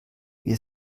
wir